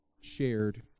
shared